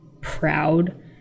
proud